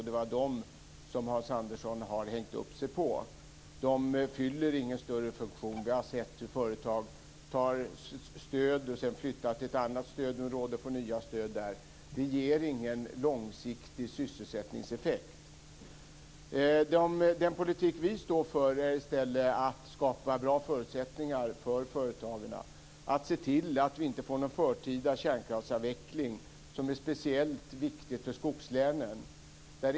Det är de som Hans Andersson har hängt upp sig på. De fyller ingen större funktion. Vi har sett hur företag får stöd, sedan flyttar till ett annat stödområde och får nya stöd där. Det ger ingen långsiktig sysselsättningseffekt. Den politik vi står för är i stället att skapa bra förutsättningar för företagen. Vi vill se till att vi inte får någon förtida kärnkraftsavveckling, något som är speciellt viktigt för skogslänen.